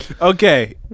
Okay